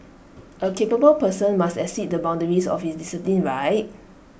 A capable person must exceed the boundaries of his discipline right